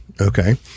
Okay